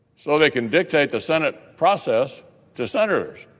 so they can dictate the senate process to senators